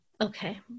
Okay